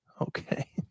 Okay